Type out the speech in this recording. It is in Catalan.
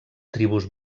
tribus